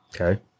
Okay